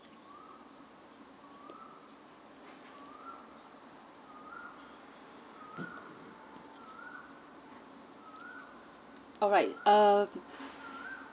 alright uh